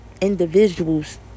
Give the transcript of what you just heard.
individuals